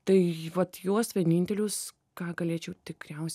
tai vat juos vienintelius ką galėčiau tikriausiai